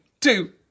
two